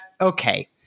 Okay